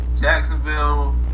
Jacksonville